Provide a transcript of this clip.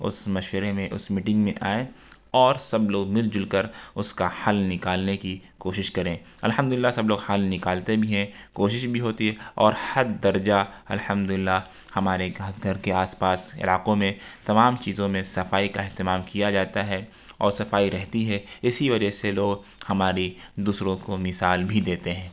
اس مشورے میں اس میٹنگ میں آئیں اور سب لوگ مل جل کر اس کا حل نکالنے کی کوشش کریں الحمد للہ سب لوگ حل نکالتے بھی ہیں کوشش بھی ہوتی ہے اور حد درجہ الحمد للہ ہمارے گھر کے آس پاس علاقوں میں تمام چیزوں میں صفائی کا اہتمام کیا جاتا ہے اور صفائی رہتی ہے اسی وجہ سے لوگ ہماری دوسروں کو مثال بھی دیتے ہیں